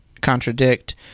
contradict